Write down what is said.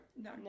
no